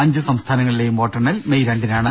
അഞ്ച് സംസ്ഥാനങ്ങളിലെയും വോട്ടെണ്ണൽ മെയ് രണ്ടിനാണ്